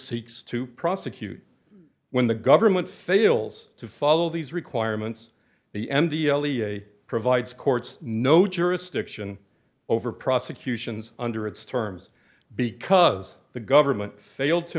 seeks to prosecute when the government fails to follow these requirements the end provides courts no jurisdiction over prosecutions under its terms because the government failed to